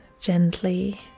gently